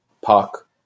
park